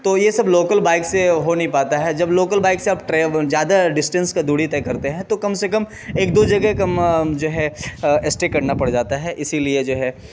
تو یہ سب لوکل بائک سے ہو نہیں پاتا ہے جب لوکل بائک سے آپ زیادہ ڈسٹینس کا دوری طے کرتے ہیں تو کم سے کم ایک دو جگہ کم جو ہے اسٹے کرنا پڑ جاتا ہے اسی لیے جو ہے